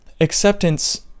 acceptance